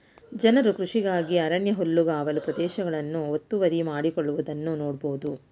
ಜನರು ಕೃಷಿಗಾಗಿ ಅರಣ್ಯ ಹುಲ್ಲುಗಾವಲು ಪ್ರದೇಶಗಳನ್ನು ಒತ್ತುವರಿ ಮಾಡಿಕೊಳ್ಳುವುದನ್ನು ನೋಡ್ಬೋದು